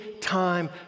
time